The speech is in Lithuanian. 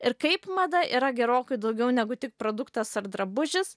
ir kaip mada yra gerokai daugiau negu tik produktas ar drabužis